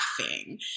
laughing